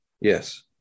Yes